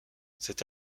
cet